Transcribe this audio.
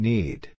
Need